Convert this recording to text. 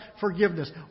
forgiveness